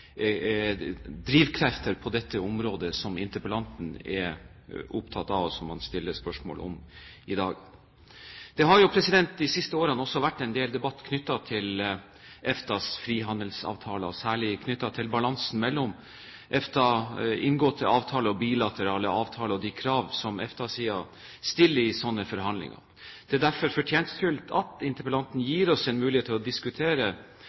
drivkrefter på dette området som interpellanten er opptatt av, og som han stiller spørsmål om i dag. Det har de siste årene også vært en del debatt knyttet til EFTAs frihandelsavtaler, særlig knyttet til balansen mellom EFTAs inngåtte avtaler og bilaterale avtaler og de krav som EFTA-siden stiller i slike forhandlinger. Det er derfor fortjenestefullt at interpellanten gir oss en mulighet til å diskutere